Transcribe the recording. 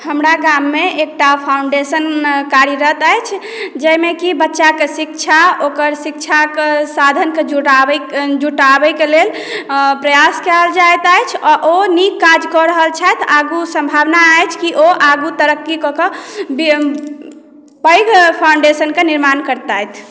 हमरा गाममे एकटा फाउंडेशन कार्यरत अछि जाहिमे कि बच्चाकेँ शिक्षा ओकर शिक्षाके साधनके जुटाबयके लेल प्रयास कयल जाइत अछि आ ओ नीक काज कऽ रहल छथि आगू सम्भावना अछि कि ओ आगू तरक्की कऽ कऽ पैघ फाउंडेशनके निर्माण करतथि